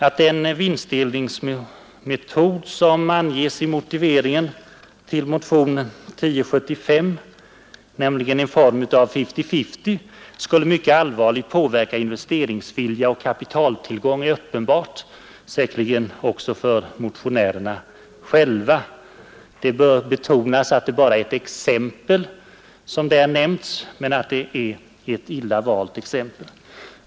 Att den vinstfördelningsmetod som anges i motiveringen till motionen 1075, nämligen i proportion till aktiekapitalets värde respektive summan av de anställdas löner, skulle mycket allvarligt påverka investeringsvilja och kapitaltillgång är uppenbart — säkerligen också för motionärerna själva. Det bör betonas att det bara är ett exempel som där nämnts, men det är ett illa valt exempel.